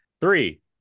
Three